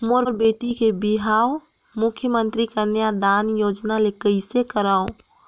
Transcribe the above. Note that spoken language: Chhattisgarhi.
मोर बेटी के बिहाव मुख्यमंतरी कन्यादान योजना ले कइसे करव?